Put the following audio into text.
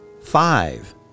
five